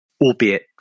albeit